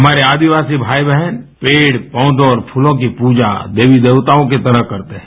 हमारे आदिवासी भाई बहन पेड़ पोर्चों और फूलों की पूजा देवी देवताओं की तरह करते हैं